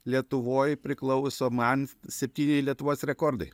lietuvoj priklauso man septyni lietuvos rekordai